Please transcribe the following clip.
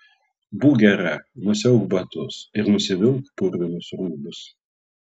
būk gera nusiauk batus ir nusivilk purvinus rūbus